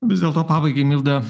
vis dėlto pabaigai milda